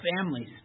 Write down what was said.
families